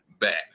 back